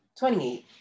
28